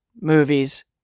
movies